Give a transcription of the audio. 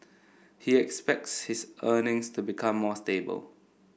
he expects his earnings to become more stable